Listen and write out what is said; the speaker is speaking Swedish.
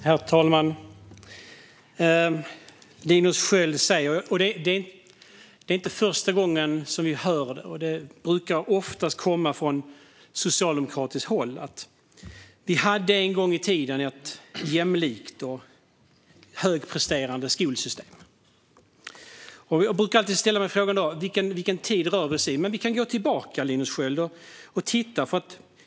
Herr talman! Det är inte första gången vi hör det som Linus Sköld säger, och det brukar oftast komma från socialdemokratiskt håll. Det handlar om att vi en gång i tiden hade ett jämlikt och högpresterande skolsystem. Jag brukar fråga mig vilken tid det rör sig om. Vi kan gå tillbaka och titta, Linus Sköld.